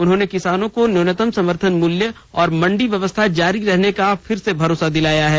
उन्होंने किसानों को न्यूनतम समर्थन मूल्य और मंडी व्यवस्था जारी रहने का फिर से भरोसा दिलाया है